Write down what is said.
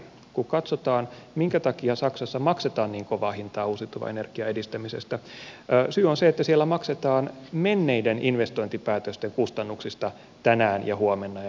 kun katsotaan minkä takia saksassa maksetaan niin kovaa hintaa uusiutuvan energian edistämisestä syy on se että siellä maksetaan menneiden investointipäätösten kustannuksista tänään huomenna ja ylihuomenna